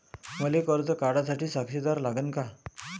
मले कर्ज काढा साठी साक्षीदार लागन का?